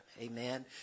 Amen